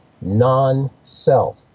non-self